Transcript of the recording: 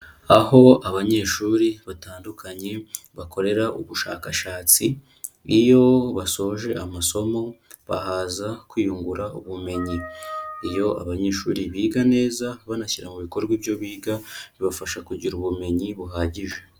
Aho abanyeshuri batandukanye bakorera ubushakashatsi, iyo basoje amasomo bahaza kwiyungura ubumenyi. Iyo abanyeshuri biga neza banashyira mu bikorwa ibyo biga, bibafasha kugira ubumenyi buhagije.